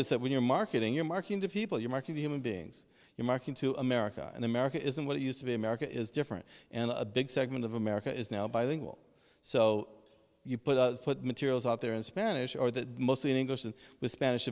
is that when you're marketing your marking to people you're marking the human beings you're marking to america and america isn't what it used to be america is different and a big segment of america is now by the wall so you put a foot materials out there in spanish or that mostly in english and spanish